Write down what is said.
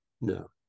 No